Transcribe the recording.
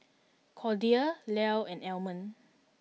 Cordia Lyle and Almond